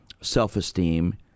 self-esteem